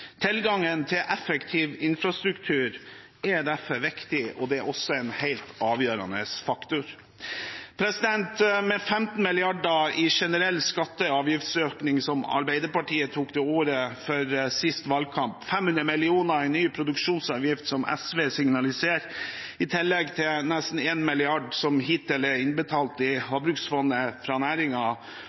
Tilgangen til effektiv infrastruktur er derfor viktig, og det er også en helt avgjørende faktor. Med 15 mrd. kr i generell skatte- og avgiftsøkning, som Arbeiderpartiet tok til orde for i siste valgkamp, 500 mill. kr i ny produksjonsavgift, som SV signaliserte, i tillegg til nesten 1 mrd. kr, som hittil er innbetalt til Havbruksfondet fra